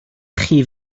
chi